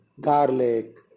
garlic